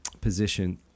position